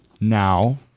Now